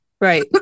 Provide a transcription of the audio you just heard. Right